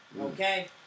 Okay